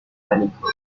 pánico